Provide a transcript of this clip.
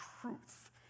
truth